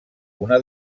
una